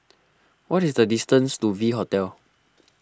what is the distance to V Hotel